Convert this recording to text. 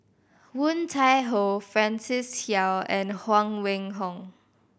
Woon Tai Ho Francis Seow and Huang Wenhong